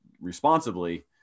responsibly